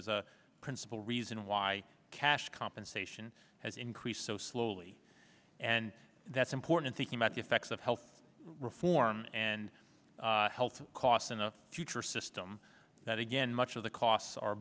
as a principal reason why cash compensation has increased so slowly and that's important thinking about effects of health reform and health costs enough future system that again much of the costs are